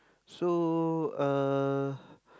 so uh